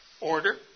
order